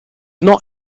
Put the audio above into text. not